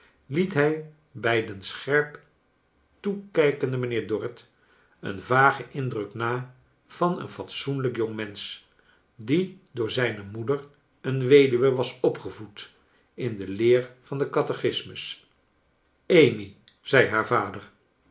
liet hij bij den scherp toekijkenden mijnheer dorrit een vagen indruk na van een fatsoenlijk jongmensch die door zijne moeder een weduwe was opgevoed in de leer van den catechismus amy zei haar vader